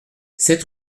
sept